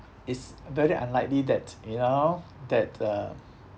it's very unlikely that you know that uh